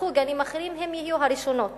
ייפתחו גנים חדשים הן יהיו הראשונות